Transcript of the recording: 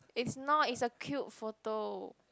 it's not it's a cute photo